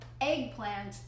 eggplant